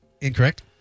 Incorrect